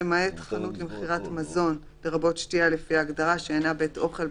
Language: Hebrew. למעט חנות למכירת מזון שאינה בית אוכל,